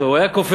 הוא היה כופר.